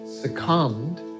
succumbed